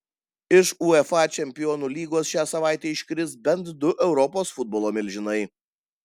iš uefa čempionų lygos šią savaitę iškris bent du europos futbolo milžinai